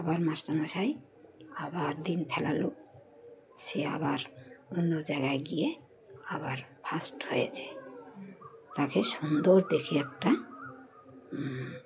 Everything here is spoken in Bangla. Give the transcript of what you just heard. আবার মাস্টার মশাই আবার দিন ফেলালো সে আবার অন্য জায়গায় গিয়ে আবার ফার্স্ট হয়েছে তাকে সুন্দর দেখে একটা